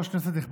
לא.